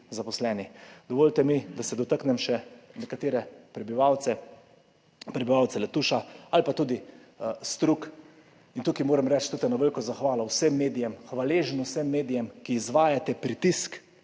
zaposleni. Dovolite mi, da se dotaknem še nekaterih prebivalcev, prebivalcev Letuša ali pa tudi Strug. Tukaj moram izreči tudi eno veliko zahvalo vsem medijem, hvaležnost vsem medijem, ki izvajate pritisk,